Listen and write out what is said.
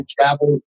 travel